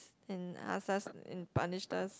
and ask us and punished us